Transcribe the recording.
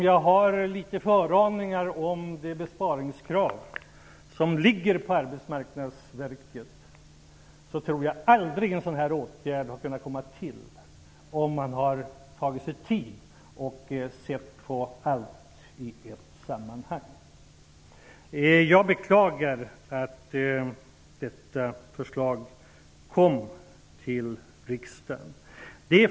Jag har föraningar om de besparingskrav som ligger på Arbetsmarknadsverket, och jag tror aldrig att en sådan här åtgärd skulle ha föreslagits om man hade tagit sig tid och sett på allt i ett sammanhang. Jag beklagar att detta förslag kom till riksdagen.